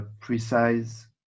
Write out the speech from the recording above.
precise